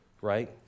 right